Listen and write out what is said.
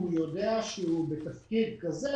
והוא יודע שהוא בתפקיד כזה,